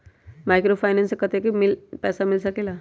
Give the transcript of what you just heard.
Microfinance से कतेक पैसा मिल सकले ला?